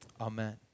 Amen